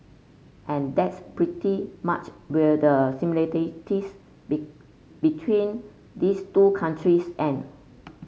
and that's pretty much where the between these two countries end